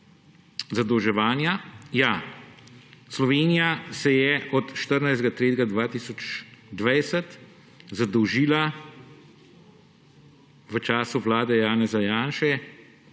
zadolževanja, ja, Slovenija se je od 14. 3. 2020 zadolžila v času vlade Janeza Janše